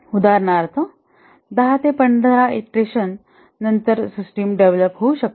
उदाहरणार्थ 10 ते 15 ईंटरेशन नंतर सिस्टिम डेव्हलप होऊ शकते